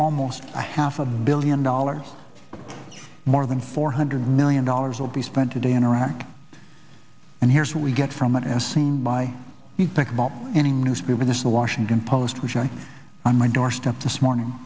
almost half a billion dollars more than four hundred million dollars will be spent today in iraq and here's what we get from it as seen by you picked up any newspaper this the washington post which i on my doorstep this morning